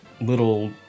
little